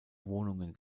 wohnungen